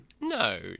No